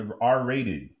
R-rated